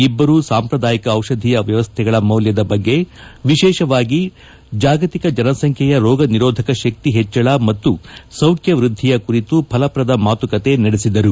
ಇಬ್ಬರೂ ಸಾಂಪ್ರದಾಯಿಕ ಔಷಧೀಯ ವ್ಯವಸ್ಥೆಗಳ ಮೌಲ್ಯದ ಬಗ್ಗೆ ವಿಶೇಷವಾಗಿ ಜಾಗತಿಕ ಜನಸಂಖ್ಯೆಯ ರೋಗ ನಿರೋಧಕ ಶಕ್ತಿ ಹೆಚ್ಚಳ ಮತ್ತು ಸೌಖ್ಯ ವೃದ್ದಿಯ ಕುರಿತು ಫಲಪ್ರದ ಮಾತುಕತೆ ನಡೆಸಿದರು